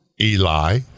Eli